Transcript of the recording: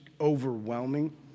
overwhelming